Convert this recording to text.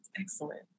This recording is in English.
Excellent